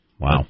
Wow